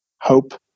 hope